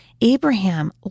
Abraham